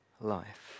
life